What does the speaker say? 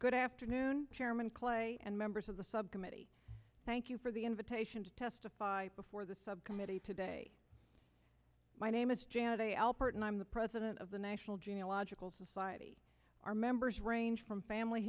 good afternoon chairman clay and members of the subcommittee thank you for the invitation to testify before the subcommittee today my name is janet a alpert and i'm the president of the national geological society are members range from family